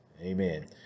Amen